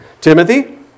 Timothy